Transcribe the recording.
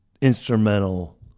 instrumental